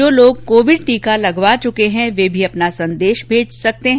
जो लोग कोविड टीका लगवा चुके हैं ये भी अपना संदेश भेज सकते हैं